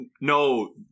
No